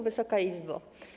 Wysoka Izbo!